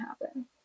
happen